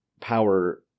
power